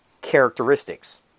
characteristics